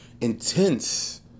intense